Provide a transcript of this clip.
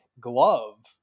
glove